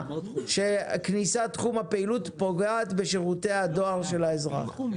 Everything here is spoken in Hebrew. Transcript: שכניסת תחום הפעילות פוגעת בשירותי הדואר של האזרח.